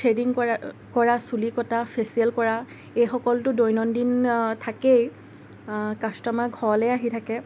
threading কৰা কৰা চুলি কটা ফেচিয়েল কৰা এইসকলতো দৈনন্দিন থাকেই কাষ্টমাৰ ঘৰলৈ আহি থাকে